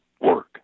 work